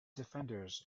defenders